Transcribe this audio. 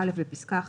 בפסקה (1),